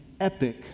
epic